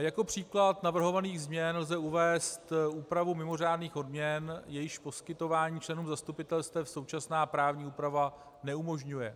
Jako příklad navrhovaných změn lze uvést úpravu mimořádných odměn, jejichž poskytování členům zastupitelstev současná právní úprava neumožňuje.